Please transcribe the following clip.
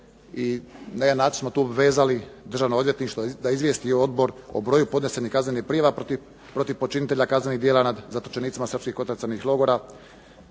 i nenačelno tu obvezali Državno odvjetništvo da izvijesti odbor o broju podnesenih kaznenih prijava protiv počinitelja kaznenih djela nad zatočenicima srpskih kontracionih logora